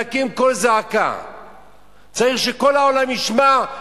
לנושא האחרון בסדר-היום,